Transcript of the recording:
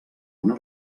una